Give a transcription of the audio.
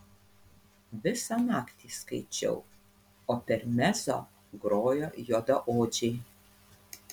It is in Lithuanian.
visą naktį skaičiau o per mezzo grojo juodaodžiai